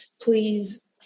Please